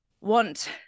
want